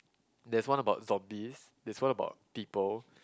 there's one about zombies there's one about people